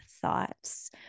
thoughts